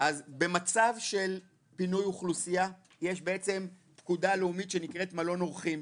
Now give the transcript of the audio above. במצב של פינוי אוכלוסייה יש פקודה לאומית שנקראת מלון אורחים.